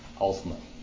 ultimately